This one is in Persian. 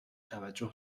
توجه